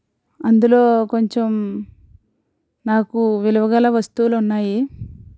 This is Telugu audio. అందులో కొంచెం నాకు విలువుగల వస్తువులు ఉన్నాయి